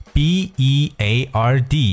beard